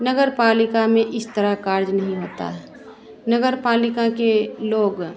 नगर पालिका में इस तरह कार्य नहीं होता है नगर पालिका के लोग